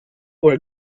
were